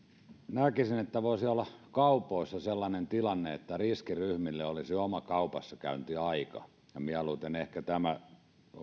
näkisin että voisi olla kaupoissa sellainen tilanne että riskiryhmille olisi oma kaupassakäyntiaika ja ehkä